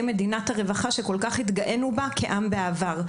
מדינת הרווחה שכל כך התגאנו בה כעם בעבר.